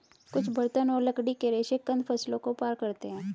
कुछ बर्तन और लकड़ी के रेशे कंद फसलों को पार करते है